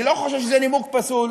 אני לא חושב שזה נימוק פסול.